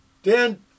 Dan